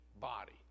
body